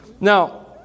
Now